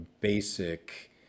basic